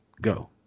go